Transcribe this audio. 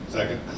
Second